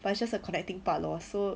but it's just a connecting part lor so